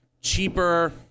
Cheaper